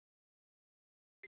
ஆமாங்க சார் சொல்லுங்கள் சார்